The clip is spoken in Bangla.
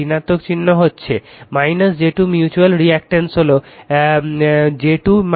তাই ঋণাত্মক চিহ্ন হচ্ছে j 2 মিউচুয়াল রিঅ্যাকটেন্স হলো j 2 j 2 i1 i2